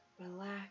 relax